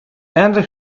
ended